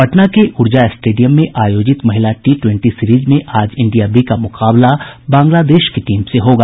पटना के ऊर्जा स्टेडियम में आयोजित महिला टी ट्वेंट्ी सीरीज में आज इंडिया बी का मुकाबला बांग्लादेश की टीम से होगा